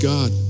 God